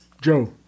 Joe